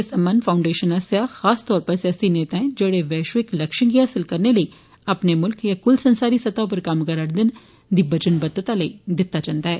एह् सम्मान फाउंडेषन आस्सेआ खासतौर पर सियासी नेताएं जेडे वैष्विक लक्ष्यें गी हासिल करने लेई अपने मुल्ख या कुल संसारी सतह उप्पर कम्म करा रदे न दी बचनबद्वता लेई दित्ता जंदा ऐ